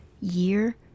year